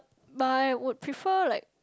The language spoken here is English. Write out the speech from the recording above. but I would prefer like